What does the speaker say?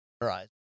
Right